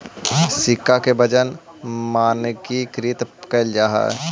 सिक्का के वजन मानकीकृत कैल जा हई